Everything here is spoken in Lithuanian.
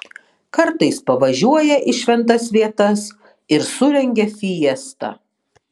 kartais pavažiuoja į šventas vietas ir surengia fiestą